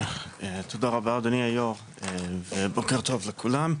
תודה רבה אדוני היו"ר, בוקר טוב לכולם.